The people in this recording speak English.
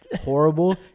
horrible